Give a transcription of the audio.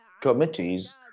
committees